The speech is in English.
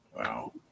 Wow